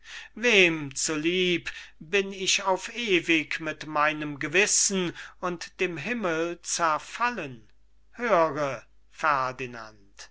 wem zu lieb bin ich auf ewig mit meinem gewissen und dem himmel zerfallen höre ferdinand